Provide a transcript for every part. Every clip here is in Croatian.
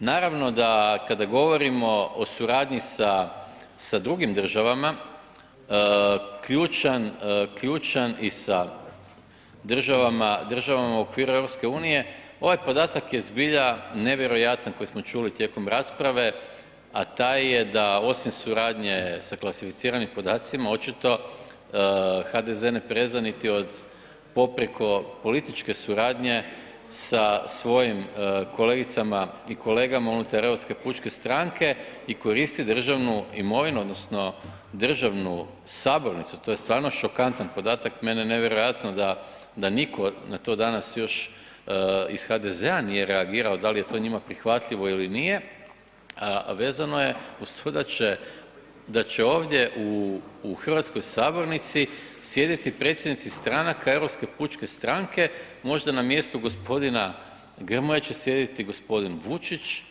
Naravno da kada govorimo o suradnji sa drugim državama, ključan, i sa država okvira EU, ovaj podatak je zbilja nevjerojatan koji smo čuli tijekom rasprave, a taj je da osim suradnje sa klasificiranim podacima očito HDZ ne preza niti od poprijeko političke suradnje sa svojim kolegicama i kolegama unutar Europske pučke stranke i koristi državnu imovinu odnosno državnu sabornicu, to je stvarno šokantan podatak, meni je nevjerojatno da nitko na to danas još iz HDZ-a nije reagirao da li je to njima prihvatljivo ili nije, a vezano je uz to da će ovdje u hrvatskoj sabornici sjediti predsjednici stranaka Europske pučke stranke, možda na mjestu g. Grmoje će sjediti g. Vučić,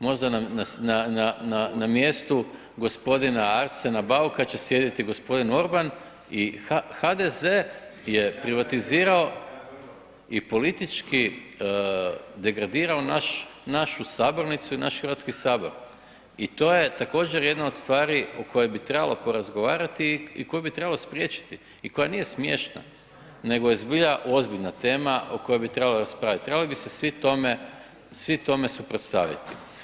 možda na mjestu g. Arsena Bauka će sjediti g. Orban i HDZ je privatizirao i politički degradirao našu sabornicu i naš HS i to je također jedna od stvari o kojoj bi trebalo porazgovarati i koju bi trebalo spriječiti i koja nije smiješna nego je zbilja ozbiljna tema o kojoj bi trebalo raspravljati, trebali bi se svi tome suprotstaviti.